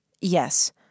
Yes